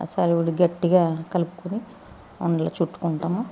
చలివిడి గట్టిగా కలుపుకుని ఉండలు చుట్టుకుంటాము